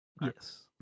Yes